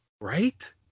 Right